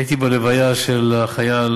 הייתי בהלוויה של החייל